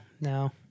No